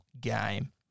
game